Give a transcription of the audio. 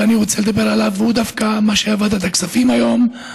הוא דווקא מה שהיה בוועדת הכספים היום,